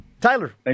Tyler